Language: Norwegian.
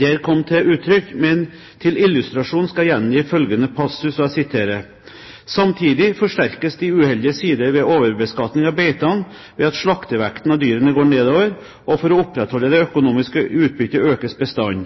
der kom til uttrykk, men til illustrasjon skal jeg gjengi følgende passus: «Samtidig forsterkes de uheldige sider ved overbeskatning av beitene ved at slaktevekten av dyrene går nedover, og for å opprettholde det økonomiske utbytte økes bestanden.